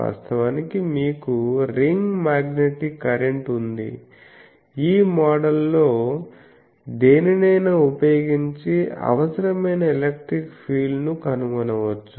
వాస్తవానికి మీకు ring magnetic current ఉంది ఈ మోడల్లో దేనినైనా ఉపయోగించి అవసరమైన ఎలక్ట్రిక్ ఫీల్డ్ ను కనుగొనవచ్చు